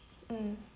mm